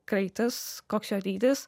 kraitis koks jo dydis